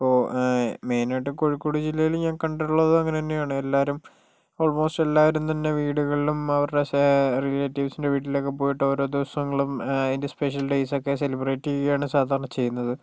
ഇപ്പോൾ മെയ്നായിട്ട് കോഴിക്കോട് ജില്ലയില് ഞാൻ കണ്ടിട്ടുള്ളത് അങ്ങനെ തന്നെയാണ് എല്ലാവരും ഓൾമോസ്റ്റ് എല്ലാവരും തന്നെ വീടുകളിലും അവരുടെ റിലേറ്റീവ്സിൻ്റെ വീട്ടിലൊക്കെ പോയിട്ട് ഓരോ ദിവസങ്ങളും അതിൻ്റെ സ്പെഷ്യൽ ഡേയ്സൊക്കെ സെലിബ്രേറ്റ് ചെയ്യുകയാണ് സാധാരണ ചെയ്യുന്നത്